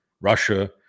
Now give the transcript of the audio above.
Russia